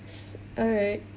it's alright